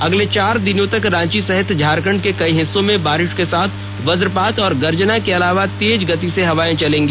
अगले चार दिनों तक रांची सहित झारखंड के कई हिस्सों में बारिश के साथ वजपात और गर्जन के अलावा तेज गति से हवा चलेगी